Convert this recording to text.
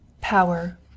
power